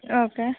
okay